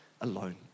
alone